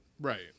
Right